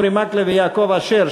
אורי מקלב ויעקב אשר,